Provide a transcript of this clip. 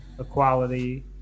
equality